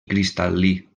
cristal·lí